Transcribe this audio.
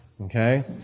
okay